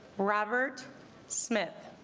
robert smith